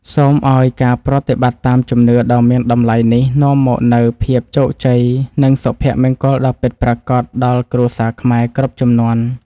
សូមឱ្យការប្រតិបត្តិតាមជំនឿដ៏មានតម្លៃនេះនាំមកនូវភាពជោគជ័យ និងសុភមង្គលដ៏ពិតប្រាកដដល់គ្រួសារខ្មែរគ្រប់ជំនាន់។